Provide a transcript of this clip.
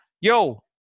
yo